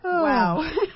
Wow